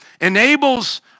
enables